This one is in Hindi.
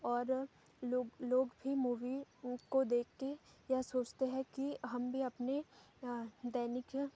और लोग लोग भी मूवी को देख कर यह सोचते हैं कि हम भी अपने दैनिक